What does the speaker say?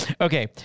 Okay